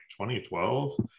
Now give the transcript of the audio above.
2012